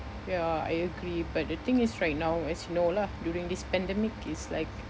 ya I agree but the thing is right now as you know lah during this pandemic it's like